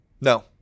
No